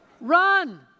Run